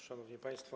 Szanowni Państwo!